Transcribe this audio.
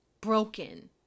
broken